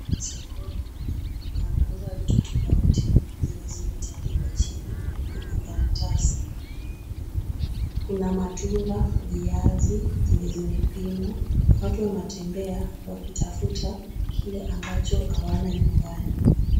Ni sokoni, wanauza vitu tofauti zenye zimetandikwa chini kwenye karatasi, kuna matunda, viazi zenye zimepimwa, watu watembea wakitafuta kile ambacho hawana nyumbani.